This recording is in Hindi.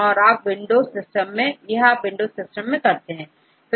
यह आप विंडो सिस्टम में करते हैं